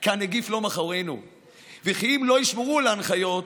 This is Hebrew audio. כי הנגיף לא מאחורינו וכי אם לא ישמרו על ההנחיות,